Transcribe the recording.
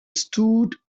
stood